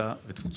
קליטה ותפוצות.